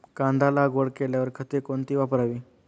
कांदा लागवड केल्यावर खते कोणती वापरावी?